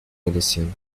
dirección